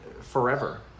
forever